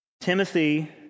Timothy